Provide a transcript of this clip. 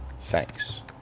Thanks